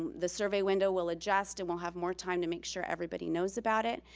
the survey window will adjust and we'll have more time to make sure everybody knows about it.